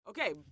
Okay